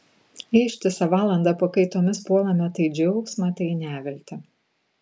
ištisą valandą pakaitomis puolame tai į džiaugsmą tai į neviltį